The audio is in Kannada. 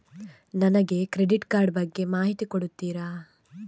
ನನಗೆ ಕ್ರೆಡಿಟ್ ಕಾರ್ಡ್ ಬಗ್ಗೆ ಮಾಹಿತಿ ಕೊಡುತ್ತೀರಾ?